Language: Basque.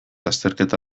azterketa